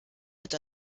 mit